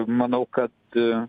manau kad